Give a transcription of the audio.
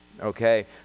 Okay